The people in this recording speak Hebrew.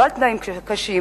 לא על תנאים קשים,